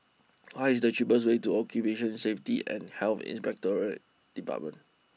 what is the cheapest way to Occupational Safety and Health Inspectorate Department